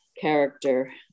character